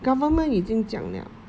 government 已经讲了